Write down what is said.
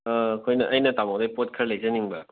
ꯑꯥ ꯑꯩꯈꯣꯏꯅ ꯑꯩꯅ ꯇꯥꯃꯣꯗꯒꯤ ꯄꯣꯠ ꯈꯔ ꯂꯩꯖꯅꯤꯡꯕ